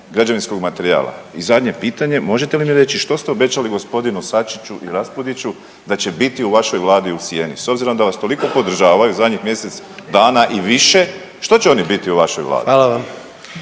građevinskog materijala. I zadnje pitanje možete li mi reći što ste obećali gospodinu Sačiću i Raspudići da će biti u vašoj vladi u sjeni s obzirom da vas toliko podržavaju u zadnjih mjesec dana i više, što će oni biti u vašoj vladi?